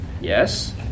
Yes